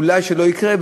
אולי לא יקרה,